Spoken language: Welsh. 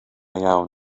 iawn